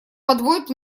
подводит